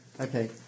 Okay